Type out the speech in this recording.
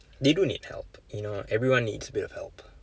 they do need help you know everyone needs a bit of help